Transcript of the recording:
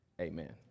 amen